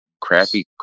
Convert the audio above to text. crappy